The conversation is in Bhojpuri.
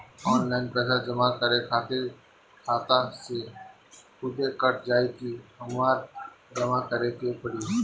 ऑनलाइन पैसा जमा करे खातिर खाता से खुदे कट जाई कि हमरा जमा करें के पड़ी?